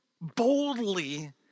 boldly